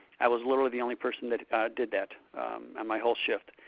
i was literally the only person that did that on my whole shift.